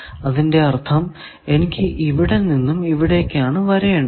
അതിന്റെ അർഥം എനിക്ക് ഇവിടെ നിന്നും ഇവിടേക്കാണ് വരേണ്ടത്